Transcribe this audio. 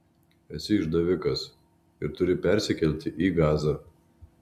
esi išdavikas ir turi persikelti į gazą